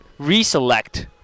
reselect